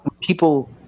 people